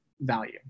value